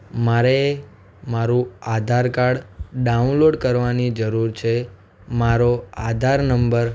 મારે મારું Aadhaar card download કરવાની જરુર છે મારો આધાર નંબર